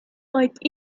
like